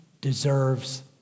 deserves